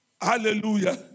Hallelujah